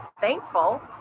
thankful